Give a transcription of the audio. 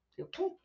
okay